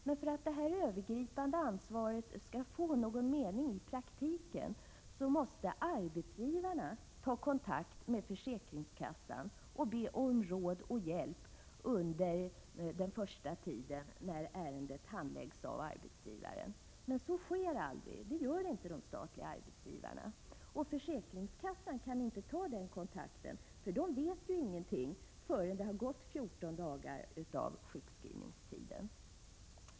Men för att detta övergripande ansvar skall få någon mening i praktiken måste arbetsgivarna ta kontakt med försäkringskassan och be om råd och hjälp under den första tiden när ärendet handläggs av arbetsgivaren. Men så sker aldrig — detta gör inte de statliga arbetsgivarna. Och försäkringskassan kaninte ta den kontakten, eftersom man där inte vet någonting förrän det har gått 14 dagar av sjukskrivningstiden.